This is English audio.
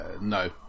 no